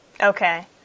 Okay